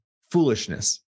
foolishness